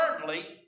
thirdly